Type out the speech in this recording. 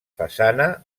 façana